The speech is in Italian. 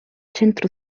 centro